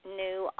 new